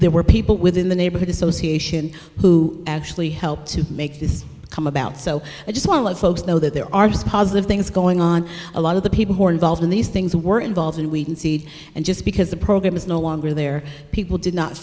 there were people within the neighborhood association who actually helped to make this come about so i just want to let folks know that there are some positive things going on a lot of the people who are involved in these things were involved and we concede and just because the program is no longer there people did not